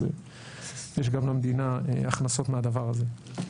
אז יש גם למדינה הכנסות מהדבר הזה.